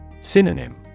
Synonym